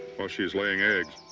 while she's laying eggs.